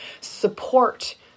Support